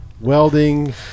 welding